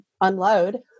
unload